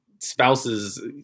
spouse's